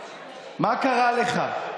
מה קרה לך?